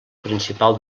principal